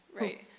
Right